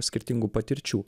skirtingų patirčių